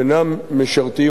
אינם משרתים,